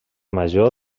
major